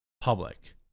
public